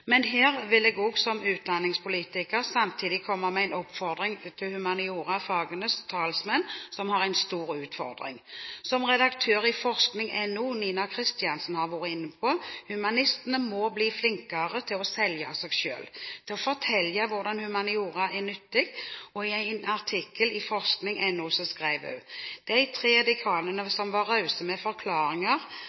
Men her vil jeg som utdanningspolitiker samtidig komme med en oppfordring til humaniorafagenes talsmenn, som har en stor utfordring. Som redaktør i forskning.no, Nina Kristiansen, har vært inne på: Humanistene må bli flinkere til å selge seg selv, til å fortelle hvorfor humaniora er nyttig. I en artikkel i forskning.no skrev hun den 11. januar 2011: «De tre dekanene som var rause med forklaringer